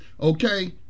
okay